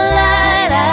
light